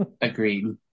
Agreed